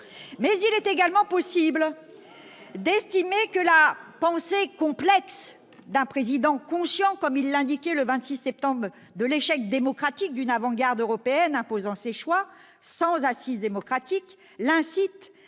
choix. Il est également possible d'estimer que la pensée complexe d'un président conscient, comme il l'indiquait le 26 septembre dernier, de l'échec démocratique d'une avant-garde européenne imposant ses choix sans assise démocratique l'incite